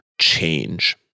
change